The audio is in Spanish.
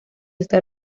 está